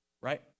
right